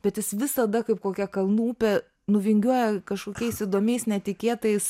bet jis visada kaip kokia kalnų upė nuvingiuoja kažkokiais įdomiais netikėtais